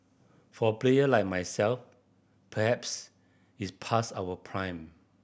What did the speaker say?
for player like myself perhaps it's past our prime